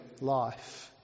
life